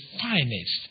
finest